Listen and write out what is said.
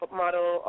model